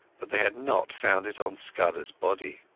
but they had not found it on scudderas body.